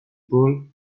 ball